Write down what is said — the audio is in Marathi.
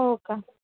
हो का